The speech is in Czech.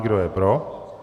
Kdo je pro.